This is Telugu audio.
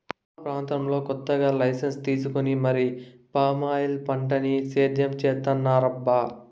మా ప్రాంతంలో కొత్తగా లైసెన్సు తీసుకొని మరీ పామాయిల్ పంటని సేద్యం చేత్తన్నారబ్బా